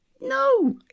No